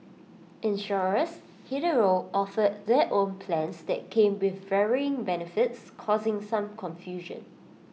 insurers hitherto offered their own plans that came with varying benefits causing some confusion